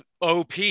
OP